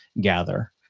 gather